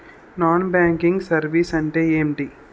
Non banking services అంటే ఎంటి?